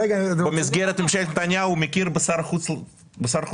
במסגרת ממשלת נתניהו הוא מכיר בשר החוץ לפיד.